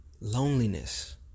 loneliness